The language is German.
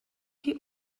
die